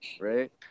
right